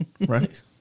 Right